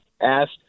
asked